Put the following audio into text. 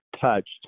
touched